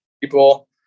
People